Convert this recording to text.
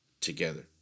together